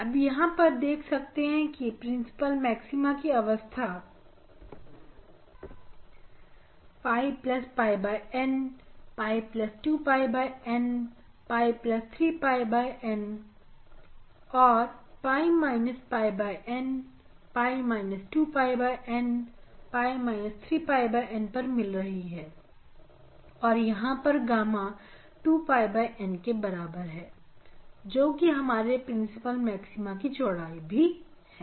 आप यहां पर देख सकते हैं कि प्रिंसिपल मैक्सिमा की अवस्था 𝝿 𝝿N 𝝿 2𝝿N 𝝿 3𝝿N और 𝝿 𝝿N 𝝿 2𝝿N 𝝿 3𝝿N पर मिल रही है यहां पर गामा 2𝝿N के बराबर है जो कि हमारी प्रिंसिपल मैक्सिमा की चौड़ाई भी है